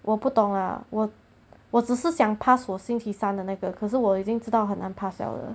我不懂 ah 我我只是想 pass 我星期三的那个可是我已经知道很难 pass liao 的